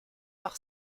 par